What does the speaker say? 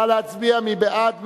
נא להצביע, מי בעד?